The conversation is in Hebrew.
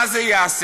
מה זה יעשה?